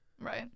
Right